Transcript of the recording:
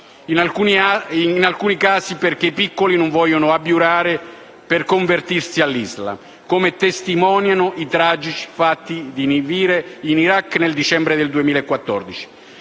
in alcuni casi perché i piccoli non vogliono abiurare per convertirsi all'Islam, come testimoniano i tragici fatti di Ninive, in Iraq, del dicembre 2014.